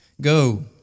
Go